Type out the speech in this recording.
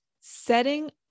setting